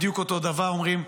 בדיוק אותו דבר אומרים: